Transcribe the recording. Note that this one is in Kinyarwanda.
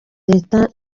leta